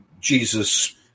Jesus